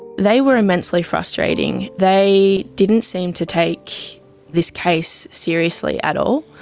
they were immensely frustrating, they didn't seem to take this case seriously at all.